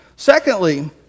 Secondly